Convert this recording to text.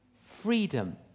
freedom